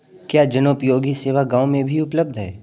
क्या जनोपयोगी सेवा गाँव में भी उपलब्ध है?